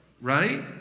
right